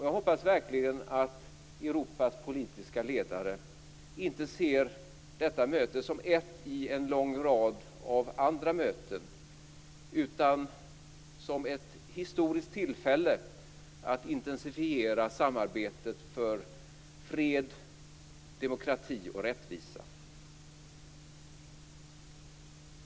Jag hoppas verkligen att Europas politiska ledare inte ser detta möte som ett i en lång rad av andra möten utan att de ser det som ett historiskt tillfälle att intensifiera samarbetet för fred, demokrati och rättvisa.